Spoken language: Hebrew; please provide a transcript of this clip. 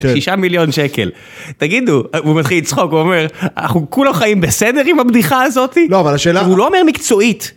שישה מיליון שקל תגידו, הוא מתחיל לצחוק הוא אומר אנחנו כולם חיים בסדר עם הבדיחה הזאתי לא אבל השאלה הוא לא אומר מקצועית.